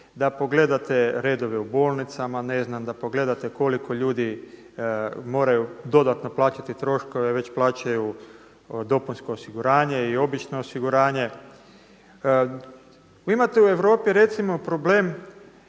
da pogledate redove u bolnicama, da pogledate koliko ljudi moraju dodatno plaćati troškove već plaćaju dopunsko osiguranje i obično osiguranje. Vi imate u Europi recimo problem